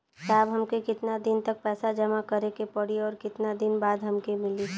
साहब हमके कितना दिन तक पैसा जमा करे के पड़ी और कितना दिन बाद हमके मिली?